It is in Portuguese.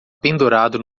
pendurado